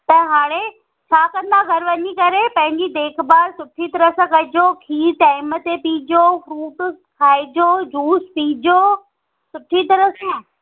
त हाणे छा कंदा घरु वञी करे पंहिंजी देखभाल सुठी तरह सां कजो खीरु टाइम ते पीजो फ्रूट खाइजो जूस पीजो सुठी तरह सां